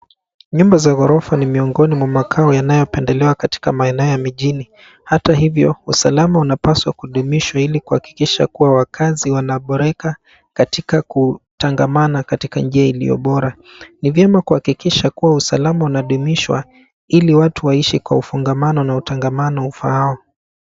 Nyumba za ghorofa ni miongoni mwa makao yanayopendelewa katika maeneo ya mijini. Hata hivyo, usalama unapaswa kudumishwa ili kuhakikisha kuwa wakazi wanaboreka katika kutangamana katika njia iliyo bora. Ni vyema kuhakikisha kuwa usalama unadumishwa ili watu waishi kwa ufungamano na utangamano ufaao.